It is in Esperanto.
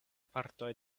partoj